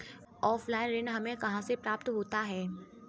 Offline ऋण हमें कहां से प्राप्त होता है?